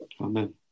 Amen